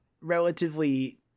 relatively